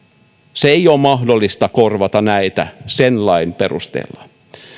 ei ole mahdollista korvata näitä sen lain perusteella